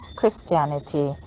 Christianity